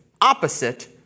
opposite